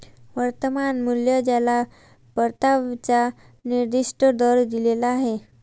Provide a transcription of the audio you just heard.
वर्तमान मूल्य ज्याला परताव्याचा निर्दिष्ट दर दिलेला आहे